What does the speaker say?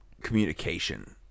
communication